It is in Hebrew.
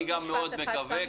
אני גם מאוד מקווה.